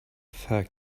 fact